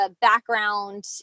background